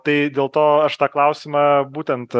tai dėl to aš tą klausimą būtent